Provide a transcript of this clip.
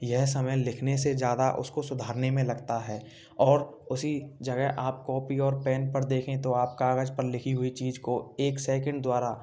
यह समय लिखने से ज़्यादा उसको सुधारने में लगता है और उसी जगह आप कॉपी और पेन पर देखें तो आप कागज़ पर लिखी हुई चीज़ को एक सेकेंड द्वारा